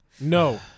no